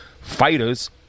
fighters